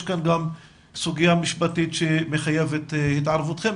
פה סוגיה משפטית שמחייבת את התערבותכם,